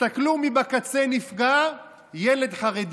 תסתכלו מי נפגע בקצה: ילד חרדי,